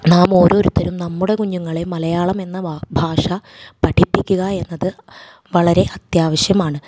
നാമോരോരുത്തരും നമ്മുടെ കുഞ്ഞുങ്ങളെ മലയാളം എന്ന വ ഭാഷ പഠിപ്പിക്കുക എന്നത് വളരെ അത്യാവശ്യമാണ്